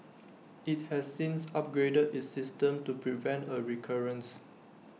IT has since upgraded its system to prevent A recurrence